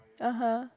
(uh huh)